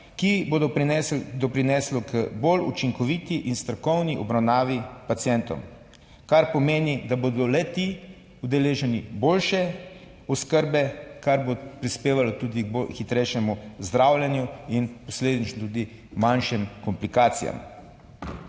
ki bodo doprinesle k bolj učinkoviti in strokovni obravnavi pacientov, kar pomeni, da bodo le-ti deležni boljše oskrbe, kar bo prispevalo tudi k hitrejšemu zdravljenju in posledično tudi manjšim komplikacijam.